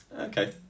okay